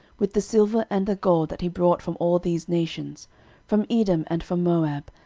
with the silver and the gold that he brought from all these nations from edom, and from moab,